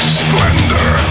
splendor